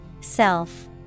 Self